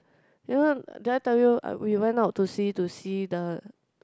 you know did I tell you uh we went out to see to see the